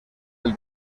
del